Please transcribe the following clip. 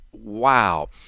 wow